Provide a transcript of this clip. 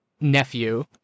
nephew